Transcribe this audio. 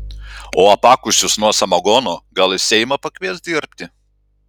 o apakusius nuo samagono gal į seimą pakvies dirbti